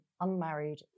unmarried